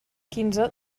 quinze